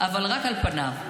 אבל רק על פניו,